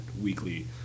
weekly